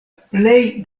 plej